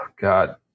God